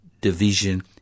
division